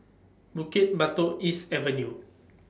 Bukit Batok East Avenue